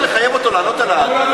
לא צריך לחייב אותו לענות על הנושא?